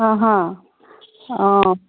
অ' হ অ'